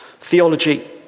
theology